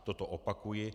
Toto opakuji.